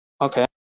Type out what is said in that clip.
Okay